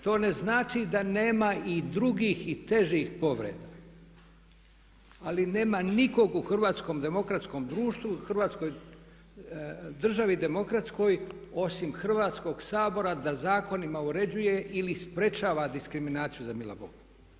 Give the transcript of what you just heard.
To ne znači da nema i drugih i težih povreda, ali nema nikog u hrvatskom demokratskom društvu, u hrvatskoj državi demokratskoj osim Hrvatskog sabora da zakonima uređuje ili sprječava diskriminaciju za milog Boga.